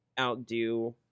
outdo